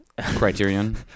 Criterion